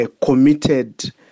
committed